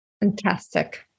Fantastic